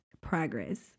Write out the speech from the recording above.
progress